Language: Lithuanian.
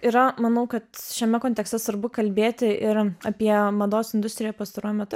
yra manau kad šiame kontekste svarbu kalbėti ir apie mados industriją pastaruoju metu